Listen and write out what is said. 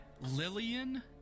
Lillian